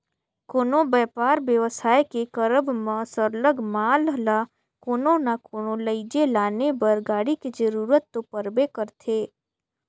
कोनो बयपार बेवसाय के करब म सरलग माल ल कोनो ना कोनो लइजे लाने बर गाड़ी के जरूरत तो परबे करथे